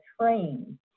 trained